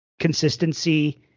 consistency